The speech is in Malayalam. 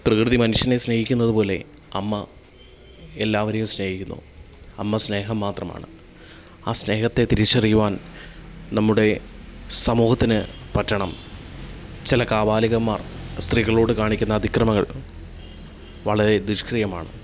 പ്രകൃതി മനുഷ്യനെ സ്നേഹിക്കുന്നതുപോലെ അമ്മ എല്ലാവരെയും സ്നേഹിക്കുന്നു അമ്മ സ്നേഹം മാത്രമാണ് ആ സ്നേഹത്തെ തിരിച്ചറിയുവാൻ നമ്മുടെ സമൂഹത്തിന് പറ്റണം ചില കാപാലികന്മാർ സ്ത്രീകളോട് കാണിക്കുന്ന അതിക്രമങ്ങൾ വളരെ നിഷ്ക്രിയമാണ്